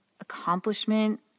accomplishment